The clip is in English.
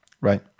Right